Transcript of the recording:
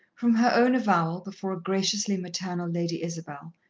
from her own avowal before a graciously-maternal lady isabel,